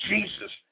Jesus